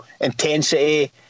intensity